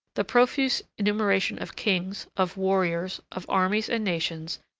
the profuse enumeration of kings, of warriors, of armies and nations,